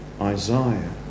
Isaiah